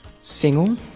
single